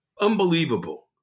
Unbelievable